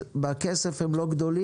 אז בכסף הם לא גדולים,